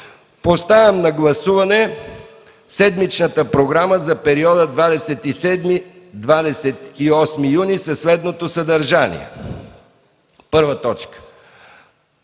Поставям на гласуване седмичната програма за периода 27-28 юни 2013 г. със следното съдържание: 1. Проект